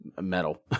metal